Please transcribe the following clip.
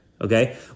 Okay